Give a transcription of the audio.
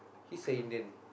he's an Indian